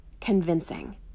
Convincing